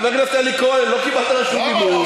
חבר הכנסת אלי כהן, לא קיבלת רשות דיבור.